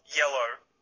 yellow